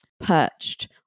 perched